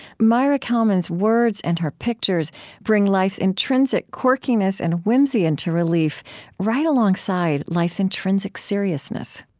maira kalman's words and her pictures bring life's intrinsic quirkiness and whimsy into relief right alongside life's intrinsic seriousness